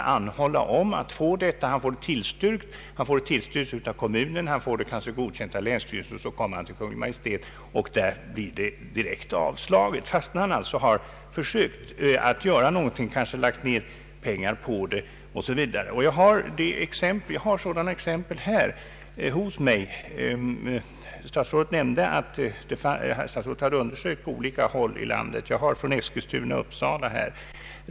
Han anhåller om förlängt öppethållande, får sin ansökan tillstyrkt av kommunen och kanske godkänd av länsstyrelsen, men när han så kommer till Kungl. Maj:t får han direkt avslag, fastän han gjort allt vad han kunnat, kanske lagt ner pengar på undersökningar m.m. Jag har sådana exempel som jag kan anföra här. Statsrådet nämnde också att statsrådet gjort undersökningar på olika håll i landet. Mina exempel är från Eskilstuna och Uppsala.